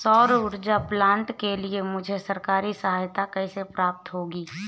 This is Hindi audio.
सौर ऊर्जा प्लांट के लिए मुझे सरकारी सहायता कैसे प्राप्त होगी?